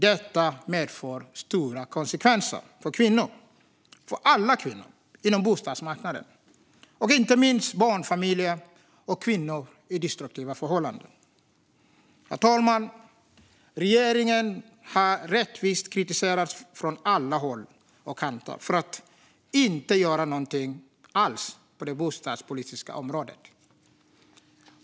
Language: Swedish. Detta medför stora konsekvenser för alla kvinnor på bostadsmarknaden och inte minst för barnfamiljer och kvinnor i destruktiva förhållanden. Herr talman! Regeringen har rätteligen kritiserats från alla håll och kanter för att inte göra någonting alls på det bostadspolitiska området.